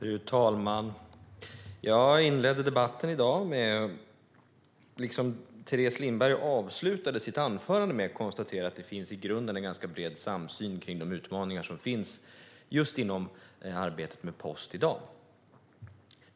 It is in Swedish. Fru talman! Jag inledde debatten i dag på det sätt som Teres Lindberg avslutar sitt anförande - med att konstatera att det i grunden finns en ganska bred samsyn kring de utmaningar som finns inom arbetet med post i dag.